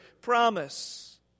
promise